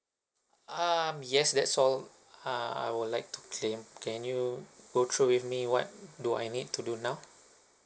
um yes that's all uh I would like to claim can you go through with me what do I need to do now